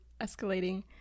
escalating